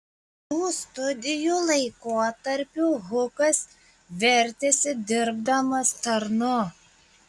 šių studijų laikotarpiu hukas vertėsi dirbdamas tarnu